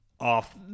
Off